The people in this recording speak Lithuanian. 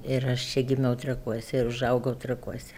ir aš čia gimiau trakuose ir užaugau trakuose